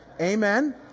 Amen